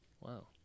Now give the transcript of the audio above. wow